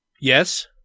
Yes